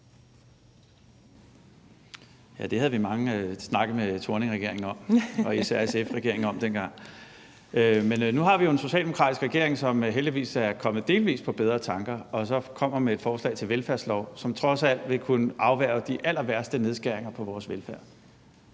Det havde vi mange snakke med Thorningregeringen om – og især med SF i regeringen dengang. Men nu har vi jo en socialdemokratisk regering, som heldigvis delvis er kommet på bedre tanker og kommer med et forslag til en velfærdslov, som trods alt vil kunne afværge de allerværste nedskæringer på vores velfærd.